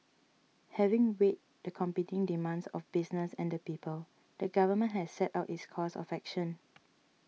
having weighed the competing demands of business and the people the government has set out its course of action